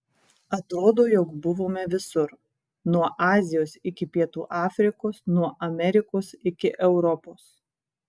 atrodo jog buvome visur nuo azijos iki pietų afrikos nuo amerikos iki europos